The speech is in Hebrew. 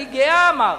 אני גאה, אמרת,